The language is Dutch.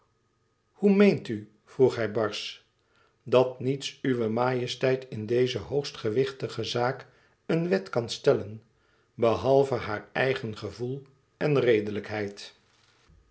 hoe meent u vroeg hij barsch dat niets uwe majesteit in deze hoogst gewichtige zaak een wet kan stellen behalve haar eigen gevoel en redelijkheid